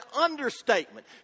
understatement